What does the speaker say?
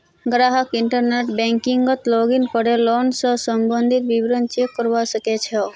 ग्राहक इंटरनेट बैंकिंगत लॉगिन करे लोन स सम्बंधित विवरण चेक करवा सके छै